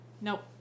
Nope